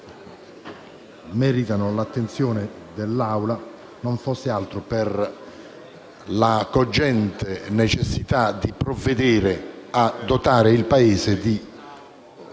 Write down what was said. meritano l'attenzione dell'Assemblea, non fosse altro per la cogente necessità di provvedere a dotare il Paese di